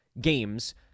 games